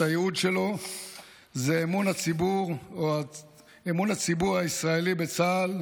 הייעוד שלו הוא אמון הציבור הישראלי בצה"ל